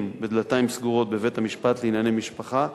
בדלתיים סגורות בבית-המשפט לענייני משפחה,